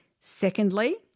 Secondly